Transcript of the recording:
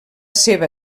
seva